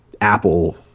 Apple